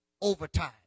overtime